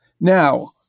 Now